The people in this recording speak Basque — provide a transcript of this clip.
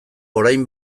orain